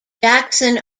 jackson